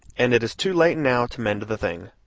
and it is too late now to mend the thing.